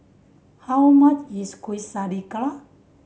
how much is Quesadillas